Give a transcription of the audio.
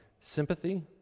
sympathy